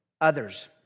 others